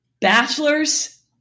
Bachelors